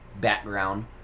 background